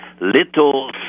Little